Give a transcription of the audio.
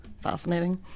fascinating